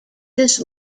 this